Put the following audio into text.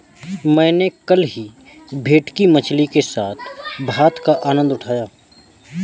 मैंने कल ही भेटकी मछली के साथ भात का आनंद उठाया